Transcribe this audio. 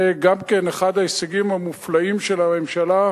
גם זה אחד ההישגים המופלאים של הממשלה,